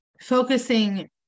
focusing